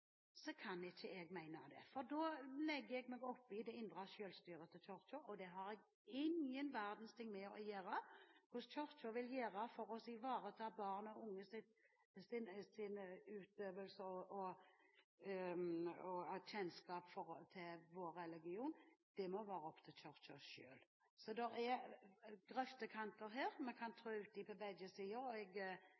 kan ikke jeg mene det, for da legger jeg meg opp i det indre selvstyret til Kirken, og det har jeg ingen verdens ting med å gjøre. Hva Kirken vil gjøre for å ivareta barn og unges kjennskap til vår religion, må være opp til Kirken selv. Så det er grøftekanter her som vi kan